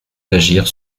d’agir